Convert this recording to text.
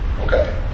Okay